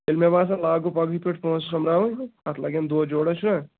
تیٚلہِ مےٚ باسان لاگو پَگہٕے پٮ۪ٹھ پونٛسہٕ سوٚمبراوٕنۍ تَتھ لَگن دۄہ جورہ چھُنہ